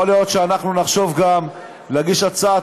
יכול להיות שאנחנו נחשוב גם להגיש הצעת